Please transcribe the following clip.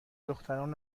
دختران